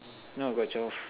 no got twelve